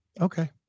okay